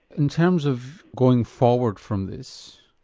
in terms of going forward from this,